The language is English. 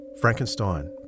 Frankenstein